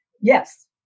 Yes